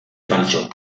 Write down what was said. falso